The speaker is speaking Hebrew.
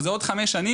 אבל זה עוד חמש שנים,